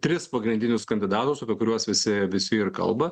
tris pagrindinius kandidatus apie kuriuos visi visi ir kalba